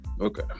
Okay